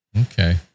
Okay